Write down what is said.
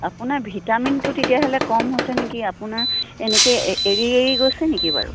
আপোনাৰ ভিটামিনটো তেতিয়াহ'লে কম হৈছে নেকি আপোনাৰ এনেকৈ এৰি এৰি গৈছে নেকি বাৰু